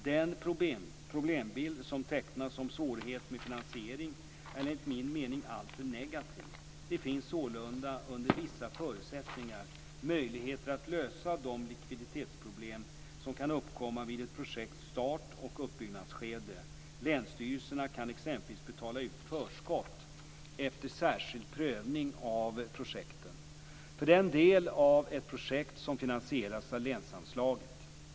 Den problembild som tecknas om svårigheter med finansiering är enligt min mening alltför negativ. Det finns sålunda under vissa förutsättningar möjligheter att lösa de likviditetsproblem som kan uppkomma vid ett projekts start och uppbyggnadsskede. Länsstyrelserna kan exempelvis betala ut förskott efter särskild prövning av projekten för den del av ett projekt som finansieras av länsanslaget.